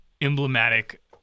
emblematic